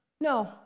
no